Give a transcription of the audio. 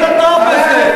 אתה טוב בזה.